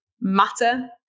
matter